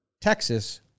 Texas